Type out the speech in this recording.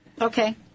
Okay